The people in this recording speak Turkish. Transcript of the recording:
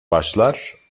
başlar